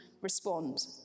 respond